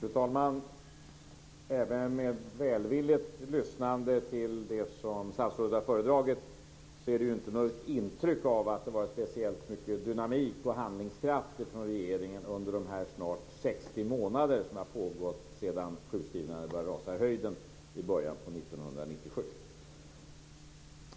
Fru talman! Även med välvilligt lyssnande till det som statsrådet har föredragit kan man inte höra att det gav något intryck av att det var speciellt mycket dynamik och handlingskraft från regeringen under de snart 60 månader som har gått sedan sjukskrivningarna började rusa i höjden i början av 1997.